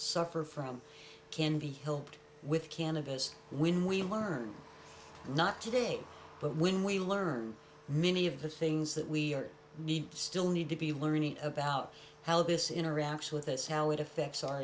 suffer from can be helped with cannabis when we learn not today but when we learn many of the things that we are need still need to be learning about how this interacts with us how it affects our